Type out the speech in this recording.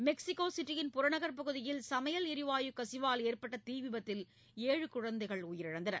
Mexico சிட்டியின் புறநகர் பகுதியில் சமையல் எரிவாயு கசிவால் ஏற்பட்ட தீ விபத்தில் ஏழு குழந்தைகள் உயிரிழந்தனர்